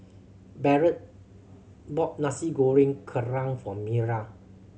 Barrett bought Nasi Goreng Kerang for Mira